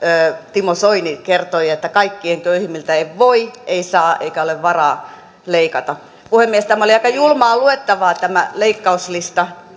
timo soini kertoi että kaikkein köyhimmiltä ei voi ei saa eikä ole varaa leikata puhemies tämä oli aika julmaa luettavaa tämä leikkauslista